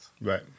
Right